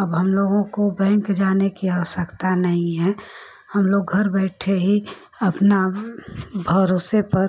अब हमलोगों को बैंक जाने की आवश्यकता नहीं है हमलोग घर बैठे ही अपना भरोसे पर